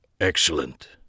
Excellent